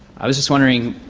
i was just wondering,